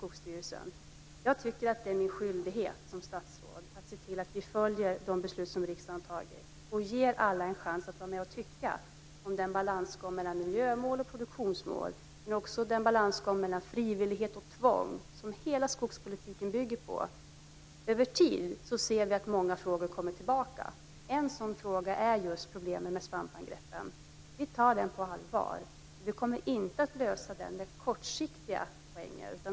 Det är min skyldighet som statsråd att se till att vi följer de beslut som riksdagen har fattat och ger alla en chans att vara med och tycka när det gäller balansgången mellan miljömål och produktionsmål. Det finns också en balansgång mellan frivillighet och tvång som hela skogspolitiken bygger på. Över tiden ser vi att många frågor kommer tillbaka. En sådan fråga är just problemen med svampangreppen. Vi tar dessa på allvar, men vi kommer inte att lösa dem kortsiktigt.